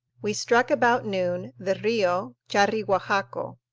we struck about noon the rio charriguajaco,